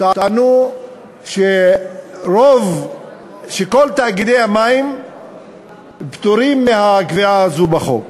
טענו שכל תאגידי המים פטורים מהקביעה הזאת בחוק,